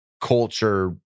culture